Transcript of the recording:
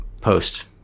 post